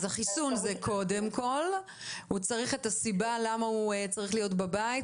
אז החיסון זה קודם כל והוא צריך את הסיבה למה הוא צריך להיות בבית,